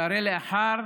שהרי לאחר